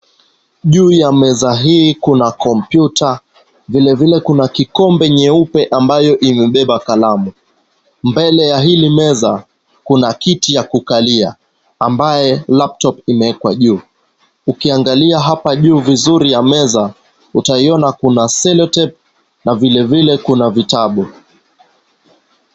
Juu ya meza hii kuna kompyuta. Vilevile kuna kikombe cheupe ambacho kimebeba kalamu. Mbele ya hili meza kuna kiti ya kukalia ambayo laptop imewekwa juu. Ukiangalia hapa juu vizuri ya meza utaona kuna cellotape na vilevile kuna vitabu.